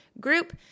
group